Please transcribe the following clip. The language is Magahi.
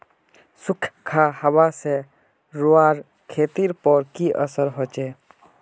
सुखखा हाबा से रूआँर खेतीर पोर की असर होचए?